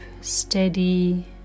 steady